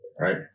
Right